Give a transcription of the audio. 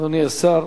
אדוני השר,